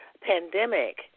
pandemic